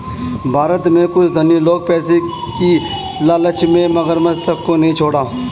भारत में कुछ धनी लोग पैसे की लालच में मगरमच्छ तक को नहीं छोड़ा